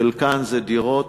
חלקם זה דירות.